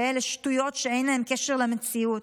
שאלה שטויות שאין להן קשר למציאות.